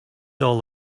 all